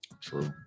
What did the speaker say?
True